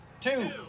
two